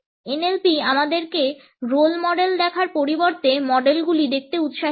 NLP আমাদেরকে role model দেখার পরিবর্তে মডেলগুলি দেখতে উৎসাহিত করে